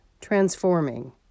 transforming